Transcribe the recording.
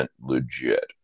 legit